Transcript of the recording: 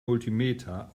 multimeter